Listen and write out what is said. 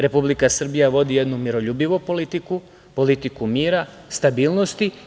Republika Srbija vodi jednu miroljubivu politiku, politiku mira, stabilnosti.